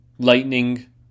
Lightning